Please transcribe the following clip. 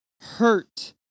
hurt